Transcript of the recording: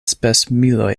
spesmiloj